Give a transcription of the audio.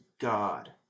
god